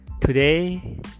Today